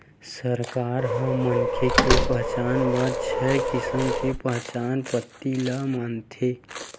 सरकार ह मनखे के पहचान बर छय किसम के पहचान पाती ल मानथे